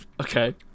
Okay